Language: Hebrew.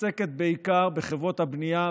עוסקת בעיקר בחברות הבנייה,